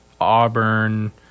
Auburn